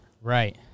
Right